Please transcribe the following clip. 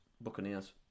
Buccaneers